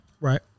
Right